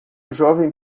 jovem